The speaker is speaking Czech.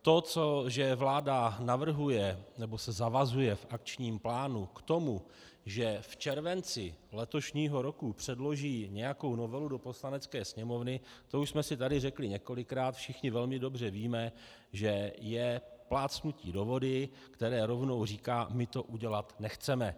To, co vláda navrhuje, nebo se zavazuje v akčním plánu k tomu, že v červenci letošního roku předloží nějakou novelu do Poslanecké sněmovny, to už jsme si tady řekli několikrát, všichni velmi dobře víme, že je plácnutí do vody, které rovnou říká: my to udělat nechceme.